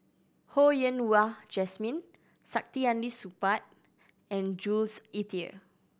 Ho Yen Wah Jesmine Saktiandi Supaat and Jules Itier